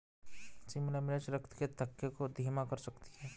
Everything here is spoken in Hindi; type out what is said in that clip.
शिमला मिर्च रक्त के थक्के को धीमा कर सकती है